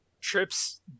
trips